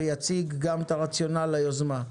שגם יציג גם את הרציונל ליוזמה.